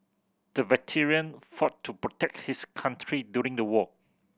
the veteran fought to protect his country during the war